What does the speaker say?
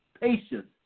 patience